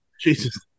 Jesus